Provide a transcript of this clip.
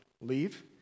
Leave